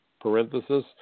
parenthesis